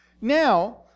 Now